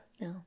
No